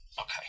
Okay